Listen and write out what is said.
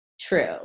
True